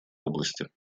области